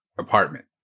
apartment